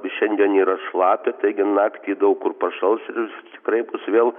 šiandien yra šlapia taigi naktį daug kur pašals ir tikrai bus vėl